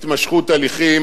"התמשכות הליכים",